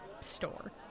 store